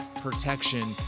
protection